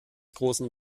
großen